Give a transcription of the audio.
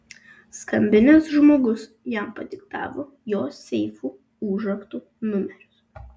skambinęs žmogus jam padiktavo jo seifų užraktų numerius